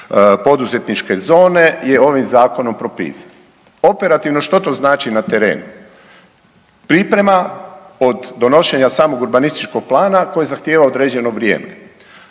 poduzetničke zone je ovim zakonom propisan. Operativno, što to znači na terenu? Priprema od donošenja samog urbanističkog plana koji zahtijeva određeno vrijeme,